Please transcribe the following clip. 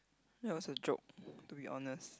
that was a joke to be honest